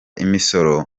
imisoro